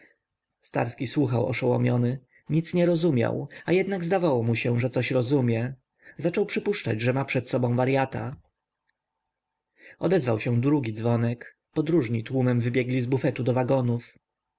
starski słuchał oszołomiony nic nie rozumiał a jednak zdawało mu się że coś rozumie zaczął przypuszczać że ma przed sobą waryata odezwał się drugi dzwonek podróżni tłumem wybiegli z bufetu do wagonów i